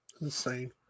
Insane